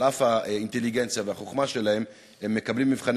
על אף האינטליגנציה והחוכמה שלהם הם מקבלים במבחני